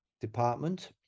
department